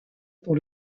pour